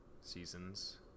seasons